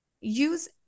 Use